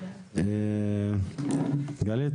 גלית,